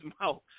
mouth